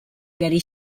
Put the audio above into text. getty